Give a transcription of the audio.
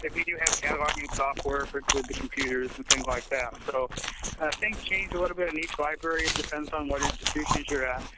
we do have cataloging software for with the computers and things like that so things change a little bit in each library. it depends on what institutions you're at.